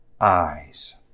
eyes